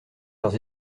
leurs